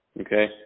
Okay